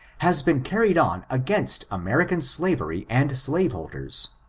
has been carried on against american slavery and slaveholders.